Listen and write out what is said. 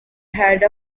had